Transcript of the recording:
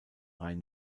rhein